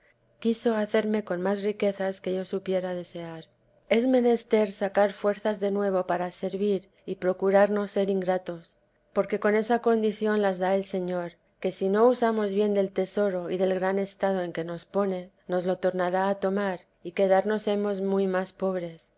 quiso hacerme con más riquezas que yo supiera desear es menester sacar fuerzas de nuevo para servir y procurar no ser ingratos porque con esa condición las da el señor que si no usamos bien del tesoro y del gran estado en que nos pone nos lo tornará a tomar y quedarnos hemos muy más pobres